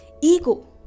ego